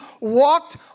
walked